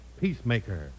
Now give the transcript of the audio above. Peacemaker